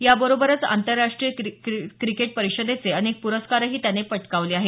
याबरोबरच आंतरराष्टीय क्रिकेट परिषदेचे अनेक प्रस्कारही त्याने पटकावले आहेत